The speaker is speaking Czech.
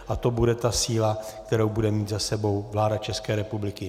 A to bude ta síla, kterou bude mít za sebou vláda České republiky.